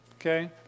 okay